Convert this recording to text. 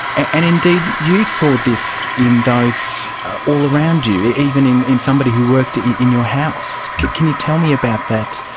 and indeed you saw this in those all around you, even in in somebody who worked in your house. can can you tell me about that,